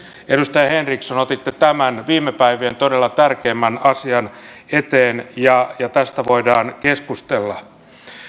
edustaja henriksson otitte tämän viime päivien todella tärkeimmän asian esiin ja tästä voidaan keskustella